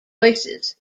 voices